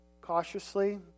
cautiously